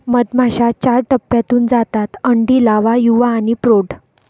मधमाश्या चार टप्प्यांतून जातात अंडी, लावा, युवा आणि प्रौढ